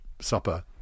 supper